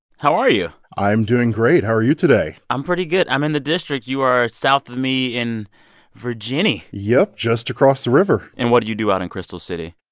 how are you? i'm doing great. how are you today? i'm pretty good. i'm in the district. you are south of me in virginny yup, just across the river and what did you do out in crystal city?